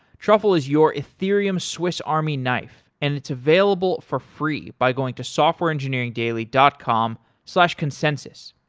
truffle is your ethereum swiss army knife and it's available for free by going to softwareengineeringdaily dot com slash consenys.